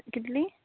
कितलीं